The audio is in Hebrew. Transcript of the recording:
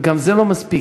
וגם זה לא מספיק,